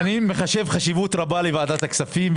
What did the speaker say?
מחשיב חשיבות רבה לוועדת הכספים,